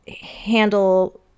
handle